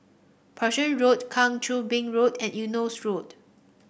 Berkshire Road Kang Choo Bin Road and Eunos Road